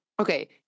Okay